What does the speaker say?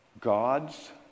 God's